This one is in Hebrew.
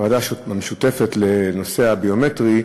המשותפת לנושא הביומטרי.